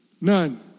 None